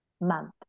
month